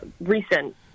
recent